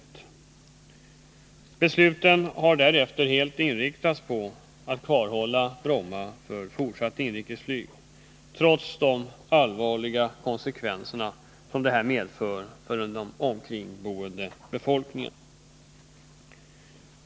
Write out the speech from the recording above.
Besluten har därefter helt inriktats på att kvarhålla Bromma för fortsatt inrikesflyg, trots de allvarliga konsekvenser detta medför för den omkringboende befolkningen.